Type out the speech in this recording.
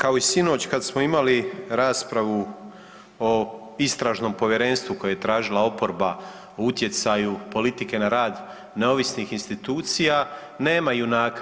Kao i sinoć kad smo imali raspravu o istražnom povjerenstvu koje je tražila oporba o utjecaju politike na rad neovisnih institucija nema junaka.